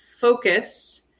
focus